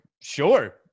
sure